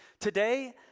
Today